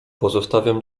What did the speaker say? pozostawiam